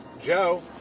Joe